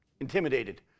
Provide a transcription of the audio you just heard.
intimidated